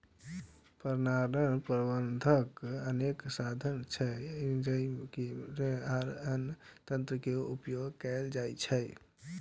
परागण प्रबंधनक अनेक साधन छै, जइमे कीड़ा आ अन्य तंत्र के उपयोग कैल जाइ छै